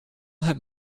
have